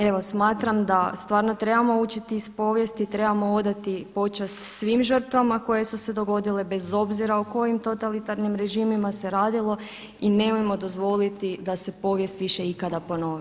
Evo smatram da stvarno trebamo učiti iz povijesti, trebamo odati počast svim žrtvama koje su se dogodile bez obzira o kojim totalitarnim režimima se radilo i nemojmo dozvoliti da se povijest više ikada ponovi.